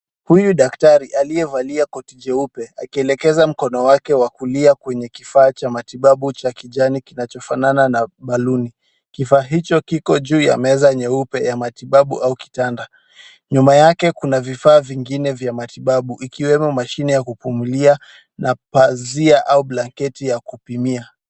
Huyu daktari aliyevalia koti jeupe akielekeza mkono wake wa kulia kwenye kifaa cha matibabu cha kijani kinachofanana na baluni . Kifaa hicho kiko juu ya meza nyeupe ya matibabu au kitanda. Nyuma yake kuna vifaa vingine vya matibabu ikiwemo mashine ya kupumulia na pazia au blanketi ya kupimia.